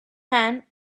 man